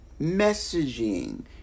messaging